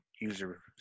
user